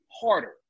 harder